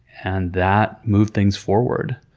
and that move things forward.